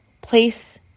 place